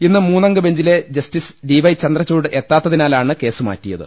ഇന്ന് മൂന്നംഗ ബെഞ്ചിലെ ജസ്റ്റിസ് ഡി വൈ ചന്ദ്രചൂഡ് എത്താത്തതി നാലാണ് കേസ് മാറ്റിയത്